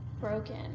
broken